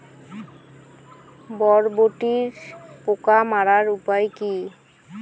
বরবটির পোকা মারার উপায় কি?